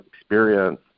experience